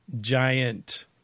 giant